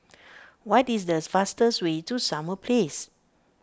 what is the fastest way to Summer Place